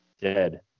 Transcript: dead